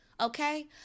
okay